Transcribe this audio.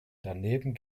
daneben